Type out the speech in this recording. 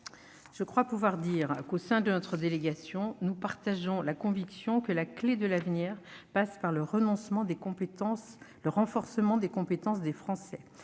Je crois pouvoir dire que, au sein de notre délégation, nous partageons la conviction que la clé de l'avenir passe par le renforcement des compétences des Français.